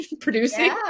producing